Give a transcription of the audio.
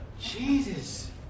Jesus